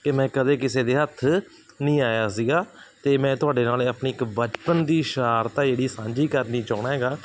ਕਿ ਮੈਂ ਕਦੇ ਕਿਸੇ ਦੇ ਹੱਥ ਨਹੀਂ ਆਇਆ ਸੀਗਾ ਅਤੇ ਮੈਂ ਤੁਹਾਡੇ ਨਾਲ ਆਪਣੀ ਇੱਕ ਬਚਪਨ ਦੀ ਸ਼ਰਾਰਤ ਆ ਜਿਹੜੀ ਸਾਂਝੀ ਕਰਨੀ ਚਾਹੁੰਦਾ ਹੈਗਾ